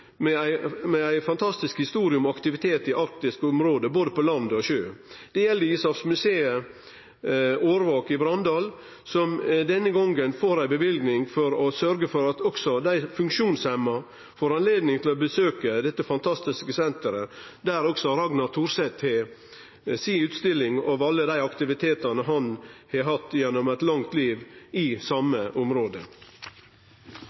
med ei fantastisk historie om aktivitet i arktisk område, både på land og sjø. Det gjeld Ishavsmuseet Aarvak i Brandal, som denne gongen får ei løyving for å sørgje for at også funksjonshemma får høve til å besøke dette fantastiske senteret, der også Ragnar Thorseth har utstillinga si, med alle dei aktivitetane han har hatt gjennom eit langt liv i